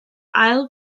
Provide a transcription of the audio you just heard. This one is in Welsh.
ail